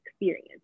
experience